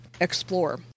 explore